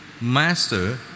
Master